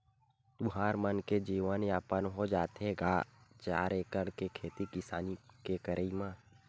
तुँहर मन के जीवन यापन हो जाथे गा चार एकड़ के खेती किसानी के करई म?